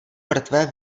mrtvé